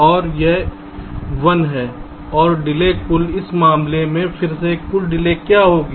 और यह 1 है और डिले कुल इस मामले में फिर से कुल डिले क्या होगी